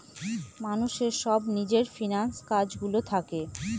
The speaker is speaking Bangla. মানুষের সব নিজের ফিন্যান্স কাজ গুলো থাকে